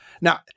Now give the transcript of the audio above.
Now